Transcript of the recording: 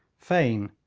fane,